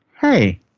hey